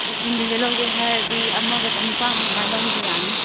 ꯏꯁꯇꯤꯜꯒꯤꯁꯦ ꯂꯧꯒꯦ ꯍꯥꯏꯔꯗꯤ ꯑꯃꯒ ꯆꯅꯤꯄꯥꯜꯃꯨꯛ ꯑꯗꯨꯃꯥꯏ ꯂꯧꯕ ꯌꯥꯅꯤ